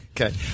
Okay